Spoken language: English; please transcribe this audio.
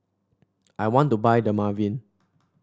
I want to buy Dermaveen